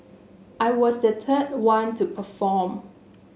I was the third one to perform